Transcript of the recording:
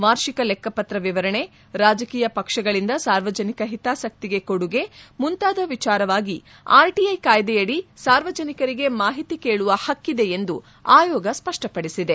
ವಾರ್ಷಿಕ ಲೆಕ್ಕಪತ್ರ ವಿವರಣೆ ರಾಜಕೀಯ ಪಕ್ಷಗಳಿಂದ ಸಾರ್ವಜನಿಕ ಹಿತಾಸಕ್ತಿಗೆ ಕೊಡುಗೆ ಮುಂತಾದ ವಿಚಾರವಾಗಿ ಆರ್ಟಐ ಕಾಯ್ದೆಯಡಿ ಸಾರ್ವಜನಿಕರಿಗೆ ಮಾಹಿತಿ ಕೇಳುವ ಹಕ್ಕಿದೆ ಎಂದು ಆಯೋಗ ಸ್ವಷ್ಷಪಡಿಸಿದೆ